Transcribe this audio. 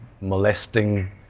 molesting